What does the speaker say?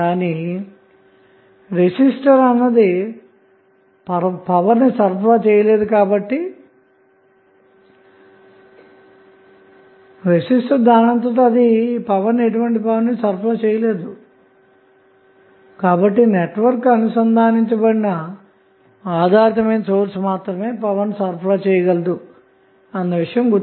కానీ రెసిస్టర్ అన్నది పవర్ ని సరఫరా చేయలేదు కాబట్టి నెట్వర్క్కు అనుసంధానించబడిన ఆధారితమైన సోర్స్ మాత్రమే ఈ పవర్ ను సరఫరా చేయగలదు అన్న మాట